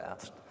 asked